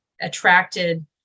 attracted